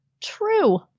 True